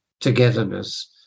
togetherness